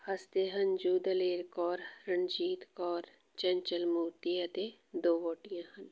ਹੱਸਦੇ ਹੰਝੂ ਦਲੇਰ ਕੌਰ ਰਣਜੀਤ ਕੌਰ ਚੰਚਲ ਮੂਰਤੀ ਅਤੇ ਦੋ ਵਹੁਟੀਆਂ ਹਨ